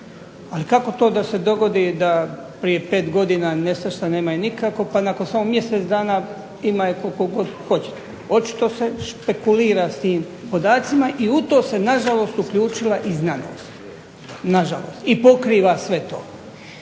Ali kako to da se dogodi da prije 5 godina nestašica nema je nikako, pa nakon samo mjesec dana ima je koliko god hoćete. Očito se špekulira sa tim podacima i u to se na žalost uključila i znanost, na žalost i pokriva sve to.